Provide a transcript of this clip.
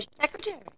secretary